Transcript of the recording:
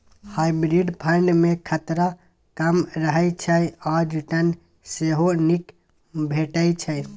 hybrid fund मे खतरा कम रहय छै आ रिटर्न सेहो नीक भेटै छै